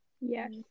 Yes